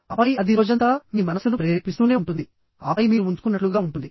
ఆపై అది రోజంతా మీ మనస్సును ప్రేరేపిస్తూనే ఉంటుంది ఆపై మీరు ఉంచుకున్నట్లుగా ఉంటుంది